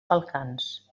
balcans